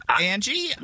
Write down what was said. Angie